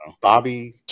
Bobby